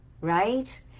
right